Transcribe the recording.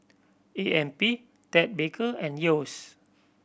A M P Ted Baker and Yeo's